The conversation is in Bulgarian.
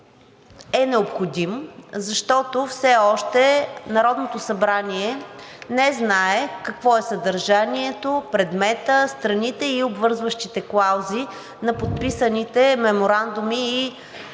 е необходим, защото все още Народното събрание не знае какво е съдържанието, предметът, страните и обвързващите клаузи на подписаните меморандуми и